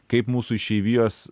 kaip mūsų išeivijos